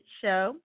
Show